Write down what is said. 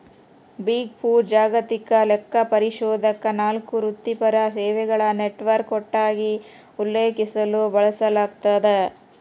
big ಫೋರ್ ಜಾಗತಿಕ ಲೆಕ್ಕಪರಿಶೋಧಕ ನಾಲ್ಕು ವೃತ್ತಿಪರ ಸೇವೆಗಳ ನೆಟ್ವರ್ಕ್ ಒಟ್ಟಾಗಿ ಉಲ್ಲೇಖಿಸಲು ಬಳಸಲಾಗ್ತದ